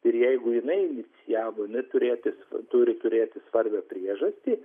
ir jeigu jinai inicijavo jinai turėjo turi turėti svarbią priežastį